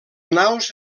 naus